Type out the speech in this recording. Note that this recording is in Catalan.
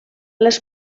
les